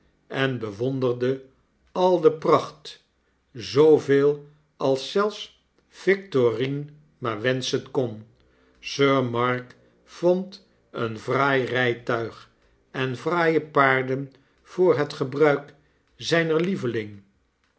en bewonderde al de pracht zooveel als zelfs victorine maar wenschen kon sir mark vond een fraairijtuig en fraaie paarden voor het gebruik zyner reveling